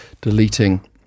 deleting